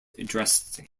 addressing